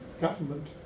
government